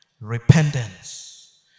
Repentance